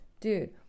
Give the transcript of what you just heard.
Dude